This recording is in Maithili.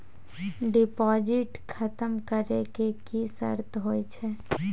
डिपॉजिट खतम करे के की सर्त होय छै?